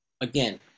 again